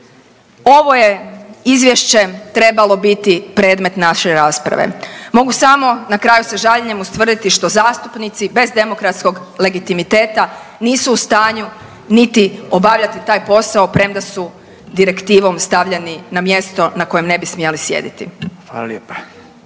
Ovo je izvješće trebalo biti predmet naše rasprave, mogu samo na kraju sa žaljenjem ustvrditi što zastupnici bez demokratskog legitimiteta nisu u stanju niti obavljati taj posao premda su direktivom stavljeni na mjesto na kojem ne bi smjeli sjediti.